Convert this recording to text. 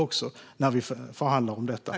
Vi får återkomma med resultatet.